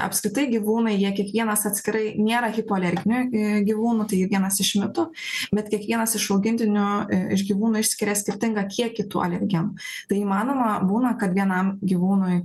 apskritai gyvūnai jie kiekvienas atskirai nėra hipoalerginių gyvūnų tai vienas iš mitų bet kiekvienas iš augintinių iš gyvūnų išskiria skirtingą kiekį tų alergenų tai įmanoma būna kad vienam gyvūnui